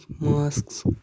masks